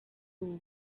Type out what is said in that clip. ubu